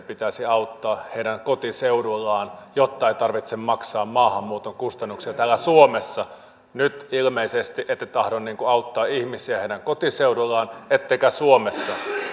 pitäisi auttaa heidän kotiseudullaan jotta ei tarvitse maksaa maahanmuuton kustannuksia täällä suomessa nyt ilmeisesti ette tahdo auttaa ihmisiä heidän kotiseudullaan ettekä suomessa